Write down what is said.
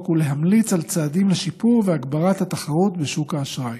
ולהמליץ על צעדים לשיפור ולהגברת התחרות בשוק האשראי,